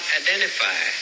identify